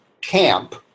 camp